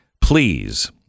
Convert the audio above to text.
please